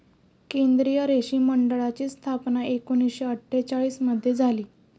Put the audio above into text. केंद्रीय रेशीम मंडळाची स्थापना एकूणशे अट्ठेचालिश मध्ये झाली